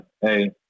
Hey